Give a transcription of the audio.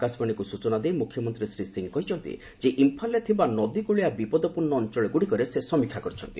ଆକାଶବାଣୀକୁ ସୂଚନା ଦେଇ ମୁଖ୍ୟମନ୍ତ୍ରୀ ଶ୍ରୀ ସିଂ କହିଛନ୍ତି ଯେ ଇମ୍ଫାଲ୍ରେ ଥିବା ନଦୀ କଳିଆ ବିପଦପୂର୍ଣ୍ଣ ଅଞ୍ଚଳଗୁଡ଼ିକରେ ସେ ସମୀକ୍ଷା କରିଛନ୍ତି